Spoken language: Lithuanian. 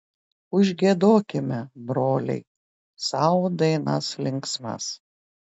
užgiedokime broliai sau dainas linksmas